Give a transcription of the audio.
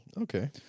okay